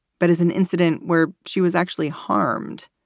but as an incident where she was actually harmed.